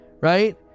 right